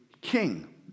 king